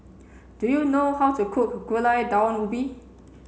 do you know how to cook Gulai Daun Ubi